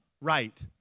right